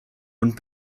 und